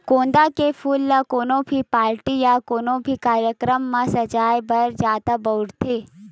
गोंदा के फूल ल कोनो भी पारटी या कोनो भी कार्यकरम म सजाय बर जादा बउरथे